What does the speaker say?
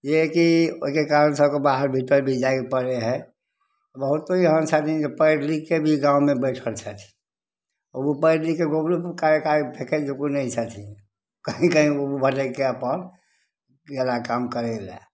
ई हइ कि ओहिके कारण सबके बाहर भीतर भी जायके पड़ै हइ बहुतो एहन छथिन जे पढ़ि लिखके भी गाँवमे बैठल छथि ओ पढ़ि लिखिकए गोबरो उठा उठा फेकै जोकुर नहि छथिन कनी कनी ओ भऽ जाइ छै अपन ई बला काम करय लए